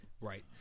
Right